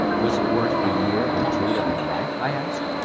was it worth a year or two of your life? i asked.